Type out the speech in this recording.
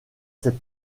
cette